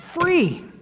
free